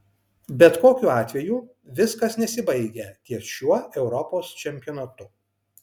bet kokiu atveju viskas nesibaigia ties šiuo europos čempionatu